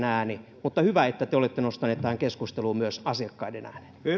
ääni mutta hyvä että te olette nostaneet tähän keskusteluun myös asiakkaiden